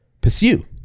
pursue